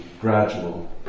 gradual